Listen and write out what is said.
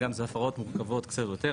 לרוב אלו הפרעות מורכבות קצת יותר,